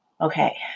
Okay